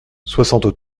soixante